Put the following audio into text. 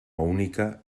única